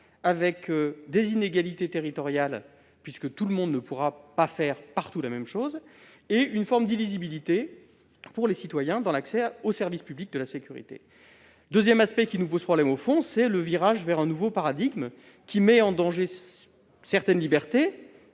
: des inégalités territoriales, puisque tout le monde ne pourra pas faire partout la même chose, et une forme d'illisibilité pour les citoyens dans l'accès au service public de la sécurité. Un autre aspect nous pose problème sur le fond. On observe un virage vers un nouveau paradigme qui met en danger certaines libertés,